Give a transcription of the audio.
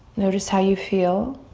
notice how you feel.